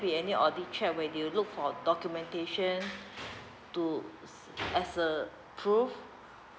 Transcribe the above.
be any audit check when do you look for documentation to as a proof